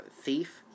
thief